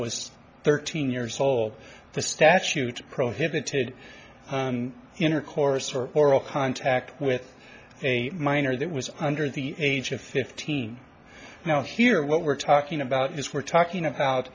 was thirteen years old the statute prohibited intercourse or oral contact with a minor that was under the age of fifteen now here what we're talking about is we're talking about